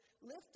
Lift